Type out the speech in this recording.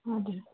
हजुर